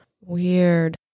Weird